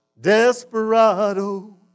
Desperado